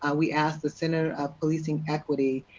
ah we asked the senator of policing equity,